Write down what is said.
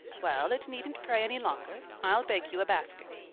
well, it needn't prey any longer. i'll bake you a basket.